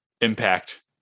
impact